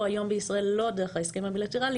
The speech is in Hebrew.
שנמצאות היום בישראל לא דרך ההסכם הבילטרלי,